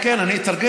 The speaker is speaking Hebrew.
כן, כן, אני אתרגם.